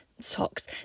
socks